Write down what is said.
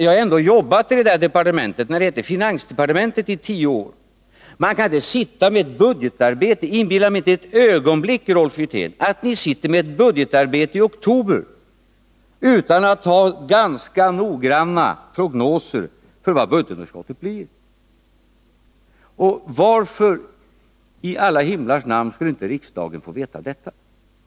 Jag har ändå jobbat i tio år i departementet medan det ännu hette finansdepartementet. Försök inte ett ögonblick inbilla mig, Rolf Wirtén, att ni sitter med ett budgetarbete i oktober utan att ha ganska noggranna prognoser för vad budgetunderskottet blir! Och varför i alla himlars namn skulle inte riksdagen få veta detta?